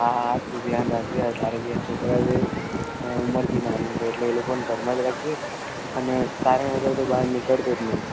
હા હા તું ધ્યાન રાખજે આ તારે બી આ છોકરાં છે અને ઉંમર બી નાની છે એટલે એ લોકોને ઘરમાં જ રાખજે અને કારણ વગર તો બહાર નીકળતો જ નહીં